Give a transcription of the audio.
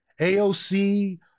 AOC